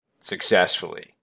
successfully